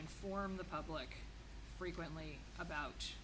inform the public frequently about